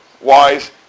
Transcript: Wise